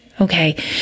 okay